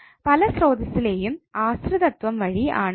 പല സ്രോതസ്സിലെയും ആശ്രിതത്വം വഴി ആണ് ഇത്